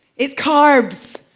it's carbs!